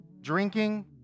Drinking